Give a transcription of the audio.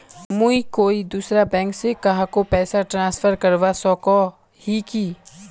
मुई कोई दूसरा बैंक से कहाको पैसा ट्रांसफर करवा सको ही कि?